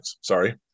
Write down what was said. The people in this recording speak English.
Sorry